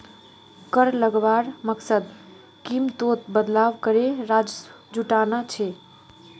कर लगवार मकसद कीमतोत बदलाव करे राजस्व जुटाना छे